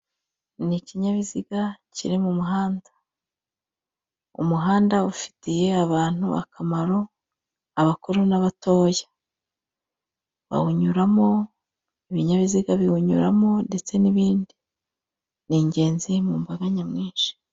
Ni ikinyabiziga kiri mu muhanda, umuhanda ufitiye abantu akamaro abakuru n'abatoya, bawunyuramo, ibinyabiziga biwunyuramo ndetse n'ibindi, ni ingenzi mu mbaga nyamwinshi.